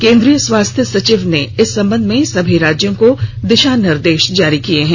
केंद्रीय स्वास्थ्य सचिव ने इस संबंध में सभी राज्यों को दिशा निर्देश जारी किए हैं